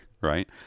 right